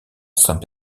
saint